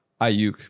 Ayuk